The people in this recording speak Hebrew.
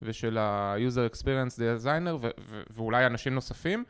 ושל הuser experience designer ו... אה... ואולי אנשים נוספים